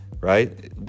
right